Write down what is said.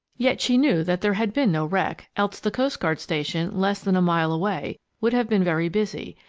yet she knew that there had been no wreck, else the coast-guard station, less than a mile away, would have been very busy,